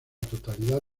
totalidad